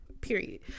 period